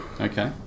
Okay